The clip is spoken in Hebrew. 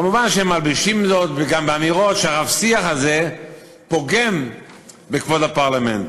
כמובן הם מלבישים זאת גם באמירות שהרב-שיח הזה פוגם בכבוד הפרלמנט.